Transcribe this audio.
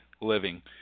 living